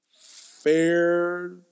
Fair